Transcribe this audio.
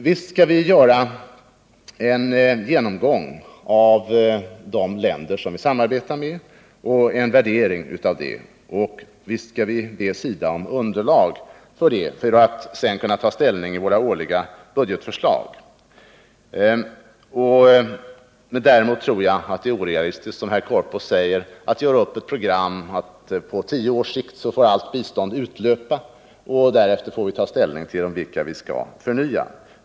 Visst skall vi göra en genomgång av de länder som vi samarbetar med och en värdering av det samarbetet, och visst skall vi be SIDA om underlag för en sådan genomgång, för att sedan kunna ta ställning i våra årliga budgetförslag. Däremot tror jag att det är orealistiskt att, som Sture Korpås ville, göra upp ett program som innebär att på tio års sikt får allt bistånd utlöpa och därefter får vi ta ställning till vilka bistånd vi skall förnya.